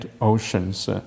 oceans